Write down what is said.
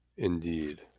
Indeed